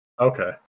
okay